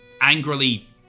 angrily